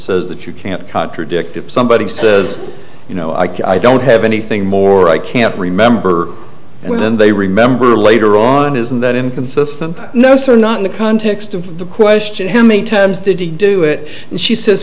says that you can't contradict if somebody says you know i can i don't have anything more i can't remember when they remember later on isn't that inconsistent no sir not in the context of the question how many times did he do it and she says